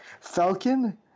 Falcon